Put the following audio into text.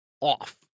off